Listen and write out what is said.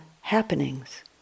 happenings